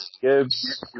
Gibbs